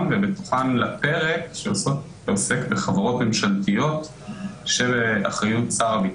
ובתוכן לפרק שעוסק בחברות ממשלתיות שבאחריות משרד הביטחון.